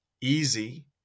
easy